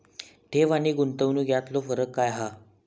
ठेव आनी गुंतवणूक यातलो फरक काय हा?